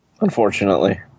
Unfortunately